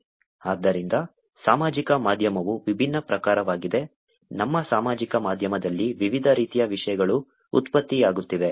ಆದ್ದರಿಂದ ಸಾಮಾಜಿಕ ಮಾಧ್ಯಮವು ವಿಭಿನ್ನ ಪ್ರಕಾರವಾಗಿದೆ ನಮ್ಮ ಸಾಮಾಜಿಕ ಮಾಧ್ಯಮದಲ್ಲಿ ವಿವಿಧ ರೀತಿಯ ವಿಷಯಗಳು ಉತ್ಪತ್ತಿಯಾಗುತ್ತಿವೆ